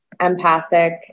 empathic